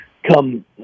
come